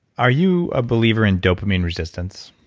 are you a believer in dopamine resistance?